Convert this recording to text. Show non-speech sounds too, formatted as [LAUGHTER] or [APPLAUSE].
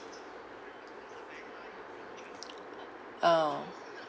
[NOISE] ah